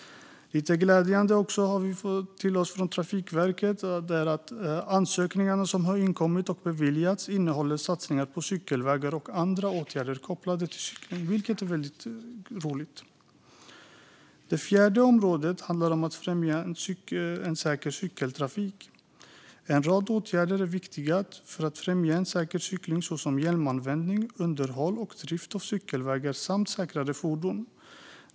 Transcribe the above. Glädjande är också att Trafikverket uppger att de ansökningar som har inkommit och beviljats innehåller satsningar på cykelvägar och andra åtgärder kopplade till cykling. Det är väldigt roligt. Det fjärde området handlar om att främja en säker cykeltrafik. En rad åtgärder är viktiga för att främja säker cykling, till exempel hjälmanvändning, underhåll och drift av cykelvägar samt säkrare fordon.